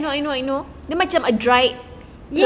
dia macam a dry